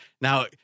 now